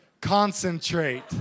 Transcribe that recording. concentrate